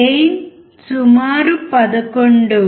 gain సుమారు 11